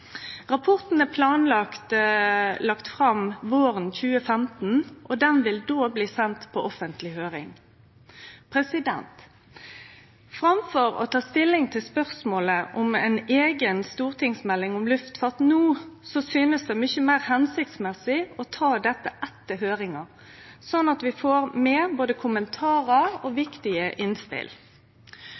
Rapporten er planlagd lagd fram våren 2015, og han vil då bli send på offentleg høyring. Framfor å ta stilling til spørsmålet om ei eiga stortingsmelding om luftfart no synest det mykje meir hensiktsmessig å ta dette etter høyringa, slik at vi får med både kommentarar og viktige innspel.